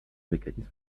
mécanisme